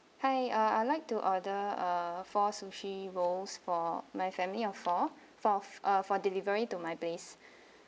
hi uh I like to order uh four sushi rolls for my family of four for uh for delivery to my place